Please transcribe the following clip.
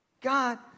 God